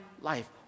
life